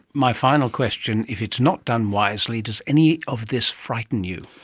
my final question, if it's not done wisely does any of this frighten you?